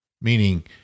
meaning